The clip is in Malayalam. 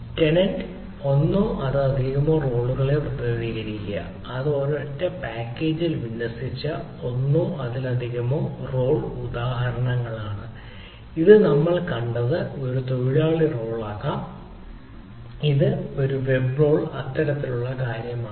ടെനന്റ് ഒന്നോ അതിലധികമോ റോളുകളെ പ്രതിനിധീകരിക്കുക അത് ഒരൊറ്റ പാക്കേജിൽ വിന്യസിച്ച ഒന്നോ അതിലധികമോ റോൾ ഉദാഹരണങ്ങളാണ് ഇത് നമ്മൾ കണ്ടത് ഒരു വർക്കർ റോൾ ആകാം അത് ഒരു വെബ് റോൾ തരത്തിലുള്ള കാര്യമാണ്